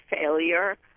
failure